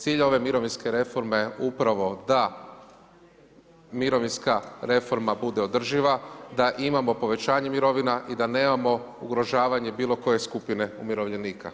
Cilj ove mirovinske reforme upravo da mirovinska reforma bude održiva, da imamo povećanje mirovina i da nemamo ugrožavanje bilo koje skupine umirovljenika.